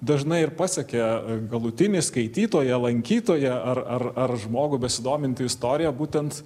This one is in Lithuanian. dažnai ir pasiekia galutinį skaitytoją lankytoją ar ar ar žmogų besidomintį istorija būtent